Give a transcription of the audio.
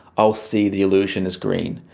i'll see the illusion as green.